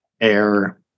air